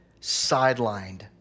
sidelined